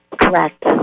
Correct